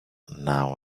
now